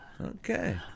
Okay